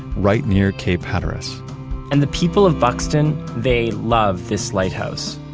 right near cape hatteras and the people of buxton, they love this lighthouse.